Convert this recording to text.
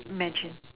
imagine